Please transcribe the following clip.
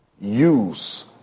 use